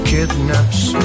Kidnaps